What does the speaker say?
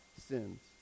sins